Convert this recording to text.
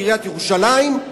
בעיריית ירושלים,